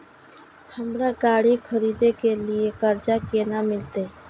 हमरा गाड़ी खरदे के लिए कर्जा केना मिलते?